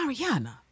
Mariana